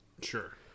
Sure